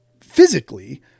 physically